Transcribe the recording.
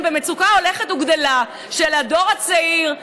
במצוקה הולכת וגדלה של הדור הצעיר,